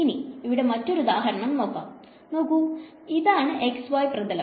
ഇനി ഇവിടെ മറ്റൊരു ഉദാഹരണം നോക്കാം നോക്ക് ഇതാണ് xy പ്രഥലം